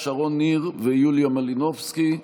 שרון ניר ויוליה מלינובסקי,